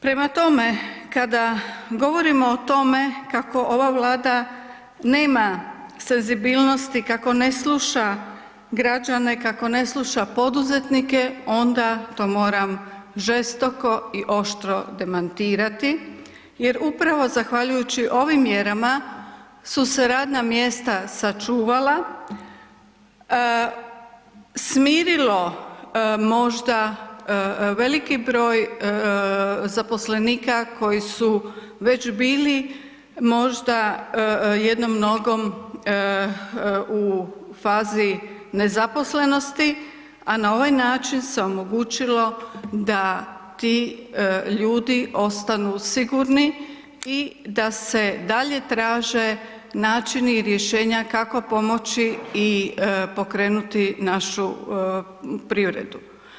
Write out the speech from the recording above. Prema tome, kada govorimo o tome kako ova Vlada nema senzibilnosti, kako ne sluša građane, kako ne sluša poduzetnike onda to moram žestoko i oštro demantirati jer upravo zahvaljujući ovim mjerama su se radna mjesta sačuvala, smirilo možda veliki broj zaposlenika koji su već bili možda jednom nogom u fazi nezaposlenosti, a na ovaj način se omogućilo da ti ljudi ostanu sigurni i da se dalje traže načini i rješenja kako pomoći i pokrenuti našu privredu.